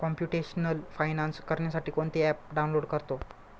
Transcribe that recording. computational finance करण्यासाठी कोणते app download करतो